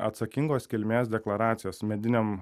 atsakingos kilmės deklaracijas mediniam